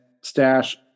Stash